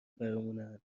برمونن